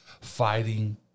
fighting